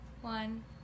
one